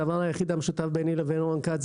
הדבר היחיד המשותף ביני לבין רון כץ,